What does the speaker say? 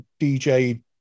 DJ